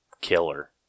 killer